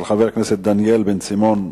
של חבר הכנסת דניאל בן-סימון,